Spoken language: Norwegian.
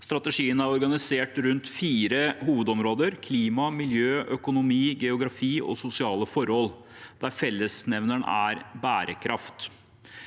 Strategien er organisert rundt fire hovedområder: klima og miljø, økonomi, geografi og sosiale forhold, der fellesnevneren er bærekraft.